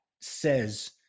says